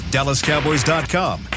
DallasCowboys.com